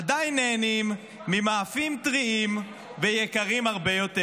עדיין נהנים ממאפים טריים ויקרים הרבה יותר.